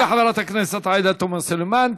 תודה לחברת הכנסת עאידה תומא סלימאן.